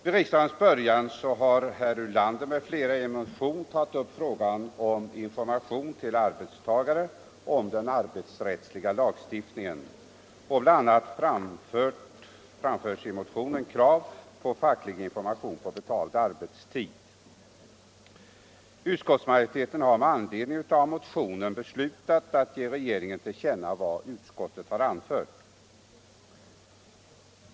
Vid riksdagens början har herr Ulander m.fl. i en motion tagit upp frågan om information till arbetstagare om den arbetsrättsliga lagstiftningen. Bl. a. framförs i motionen krav på facklig information på betald arbetstid. Utskottsmajoriteten har med anledning av motionen beslutat ge regeringen till känna vad utskottet anfört.